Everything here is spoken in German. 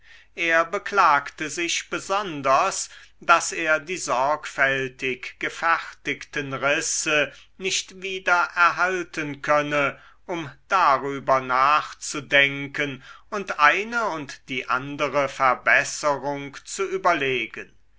er beklagte sich besonders daß er die sorgfältig gefertigten risse nicht wieder erhalten könne um darüber nachzudenken und eine und die andere verbesserung zu überlegen